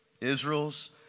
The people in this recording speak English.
Israel's